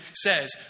says